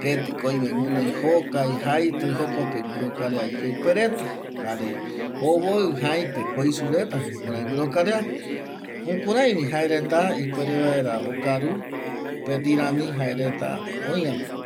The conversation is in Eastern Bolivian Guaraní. ketƚko oime öi jokai jaitƚ jokope guƚrokarea iyeƚpe reta jare ovoƚ jaipeko oisu reta jukurai guƚrokarea jukuraivi jaereta ipuere vaera okaru mopeti rami jaereta öiape